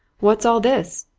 what's all this?